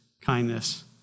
kindness